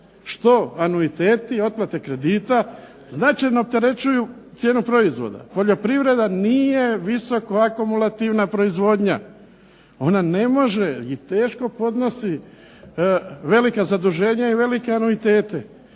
što anuiteti otplate kredita, značajno opterećuju cijenu proizvoda. Poljoprivreda nije visoko akumulativna proizvodnja, ona ne može i teško podnosi velika zaduženja i velike anuitete.